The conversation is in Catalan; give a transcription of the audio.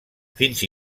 fins